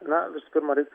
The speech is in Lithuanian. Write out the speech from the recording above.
na visų pirma reikt